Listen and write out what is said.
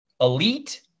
elite